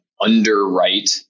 underwrite